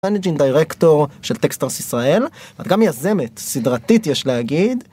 מנג'ינג דירקטור של טקסטרס ישראל גם יזמת סדרתית יש להגיד.